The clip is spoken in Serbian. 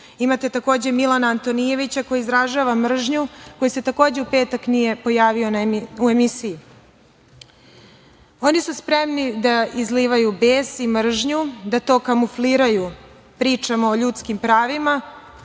Imate, takođe, Milana Antonijevića koji izražava mržnju, koji se takođe u petak nije pojavio u emisiji. Oni su spremni da izlivaju bes i mržnju, da to kamufliraju pričama o ljudskih pravima,